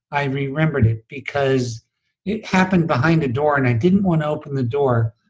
i remembered it, because it happened behind a door and i didn't want to open the door,